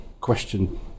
question